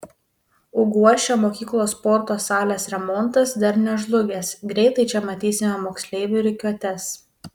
užuguosčio mokyklos sporto salės remontas dar nežlugęs greitai čia matysime moksleivių rikiuotes